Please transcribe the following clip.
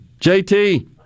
JT